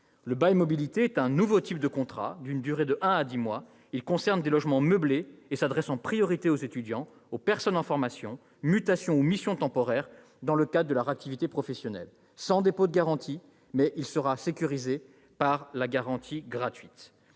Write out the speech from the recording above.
Le bail mobilité est un nouveau type de contrat, d'une durée de un à dix mois. Il concerne les logements meublés et s'adresse en priorité aux étudiants, aux personnes en formation, en mutation ou en mission temporaire dans le cadre de leur activité professionnelle. Il sera sans dépôt de garantie, mais il sera sécurisé par la garantie gratuite